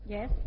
Yes